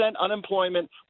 unemployment